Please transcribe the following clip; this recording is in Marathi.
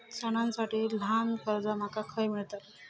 सणांसाठी ल्हान कर्जा माका खय मेळतली?